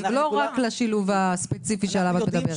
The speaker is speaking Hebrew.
לא רק לשילוב הספציפי שעליו את מדברת.